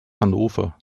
hannover